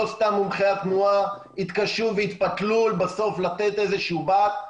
לא סתם מומחי התנועה התקשו והתפתלו בסוף לתת איזשהו בה"ת,